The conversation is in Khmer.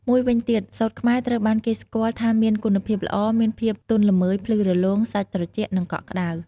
មួយវិញទៀត សូត្រខ្មែរត្រូវបានគេស្គាល់ថាមានគុណភាពល្អ មានភាពទន់ល្មើយ ភ្លឺរលោង សាច់ត្រជាក់ និងកក់ក្តៅ។